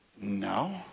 No